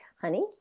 honey